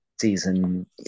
Season